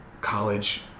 college